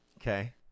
okay